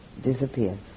disappears